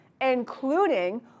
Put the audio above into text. including